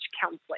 counseling